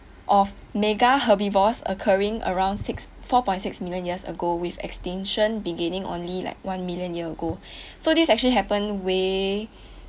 of mega herbivores occurring around six four point six million years ago with extinction beginning only like one million year ago so this actually happen way